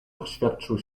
oświadczył